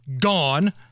gone